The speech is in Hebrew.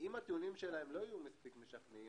אם הטיעונים שלהם לא יהיו מספיק משכנעים,